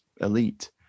elite